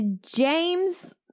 James